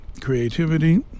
creativity